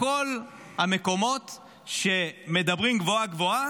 בכל המקומות שמדברים גבוהה-גבוהה,